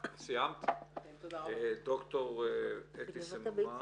ד"ר אתי סממה,